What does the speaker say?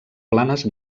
planes